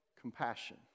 compassion